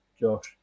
josh